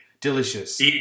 delicious